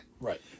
Right